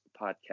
Podcast